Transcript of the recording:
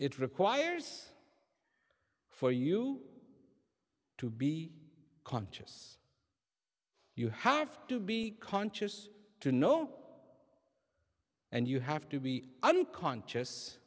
it requires for you to be conscious you have to be conscious to know and you have to be unconscious